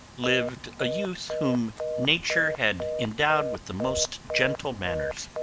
lived a youth, whom nature had endowed with the most gentle manners.